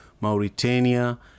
Mauritania